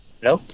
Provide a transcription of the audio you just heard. Hello